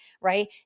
right